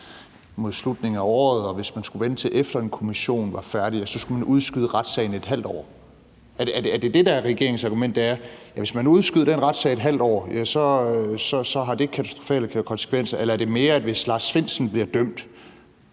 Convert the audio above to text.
mod slutningen af året, og hvis man skulle vente, til efter en kommission var færdig, så skulle man udskyde retssagen et halvt år. Er det det, der er regeringens argument, altså at hvis man udskyder den retssag et halvt år, så har det katastrofale konsekvenser? Eller er det mere, at hvis Lars Findsen bliver dømt